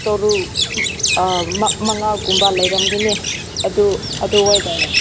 ꯇꯔꯨꯛ ꯃꯉꯥꯒꯨꯝꯕ ꯂꯩꯔꯝꯒꯅꯤ ꯑꯗꯨ ꯑꯗꯨ ꯑꯣꯏꯅ